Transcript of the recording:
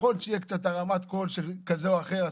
יכול להיות שתהיה קצת הרמת קול של אדם כזה או אחר.